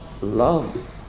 love